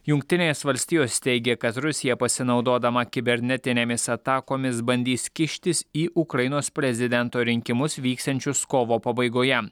jungtinės valstijos teigia kad rusija pasinaudodama kibernetinėmis atakomis bandys kištis į ukrainos prezidento rinkimus vyksiančius kovo pabaigoje